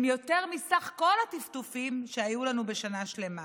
יותר מסך כל הטפטופים שהיו לנו שנה שלמה.